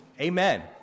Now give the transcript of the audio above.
amen